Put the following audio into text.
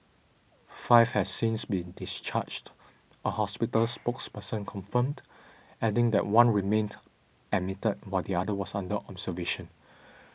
five has since been discharged a hospital spokesperson confirmed adding that one remained admitted while the other was under observation